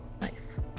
Nice